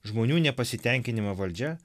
žmonių nepasitenkinimą valdžia